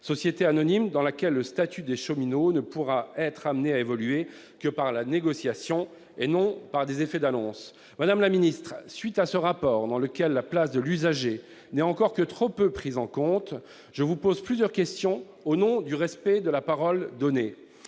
société anonyme, le statut des cheminots ne pourra être amené à évoluer que par la négociation, et non par des effets d'annonce. Madame la ministre, à la suite de ce rapport, dans lequel la place de l'usager n'est encore que trop peu prise en compte, je vous pose plusieurs questions au nom du respect de la parole donnée.